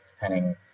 depending